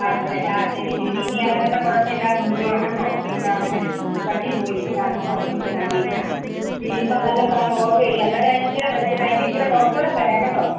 ആണല്ലേ ആ ശരി ശരി ഇനി അങ്ങനത്തെ കുഴപ്പമില്ലാതെ നോക്കി കൊള്ളാം കേട്ടോ ഇനി ഇപ്പം അങ്ങനെ പറ്റി പോയി ഇനിഇപ്പം അത് പറഞ്ഞിട്ട് കാര്യം ഇല്ല ഇനി ഇപ്പം നല്ല സാധനം ഓഡറ് ചെയ്യാം അന്നേരം അതിനിച്ചിരെ ഇച്ചരെ അതിൻ്റെ ഇച്ചരെ കുറച്ചു കൂടെ തരാം കേട്ടോ